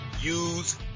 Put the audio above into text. use